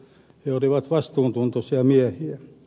he olivat vastuuntuntoisia miehiä